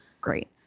Great